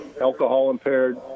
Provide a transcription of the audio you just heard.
alcohol-impaired